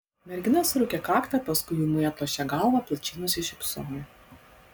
mergina suraukė kaktą paskui ūmai atlošė galvą plačiai nusišypsojo